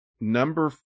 number